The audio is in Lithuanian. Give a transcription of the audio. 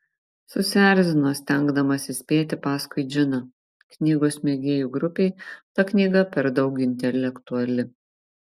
susierzino stengdamasi spėti paskui džiną knygos mėgėjų grupei ta knyga per daug intelektuali